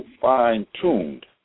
fine-tuned